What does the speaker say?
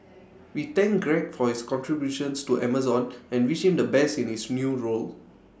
we thank Greg for his contributions to Amazon and wish him the best in his new role